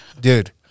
dude